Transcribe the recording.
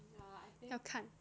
ya I think